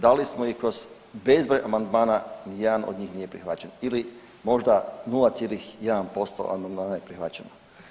Dali smo ih kroz bezbroj amandmana, ni jedan od njih nije prihvaćen ili možda 0,1% amandmana je prihvaćen.